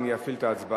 לא, לא הבעתי עמדה.